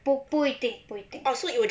不不一定不一定